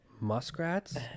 muskrats